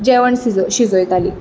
जेवण शिजयतालीं